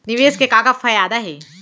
निवेश के का का फयादा हे?